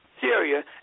Syria